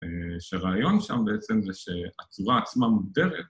‫שרעיון שם בעצם זה ‫שהצורה עצמה מוגדרת.